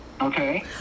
Okay